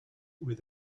with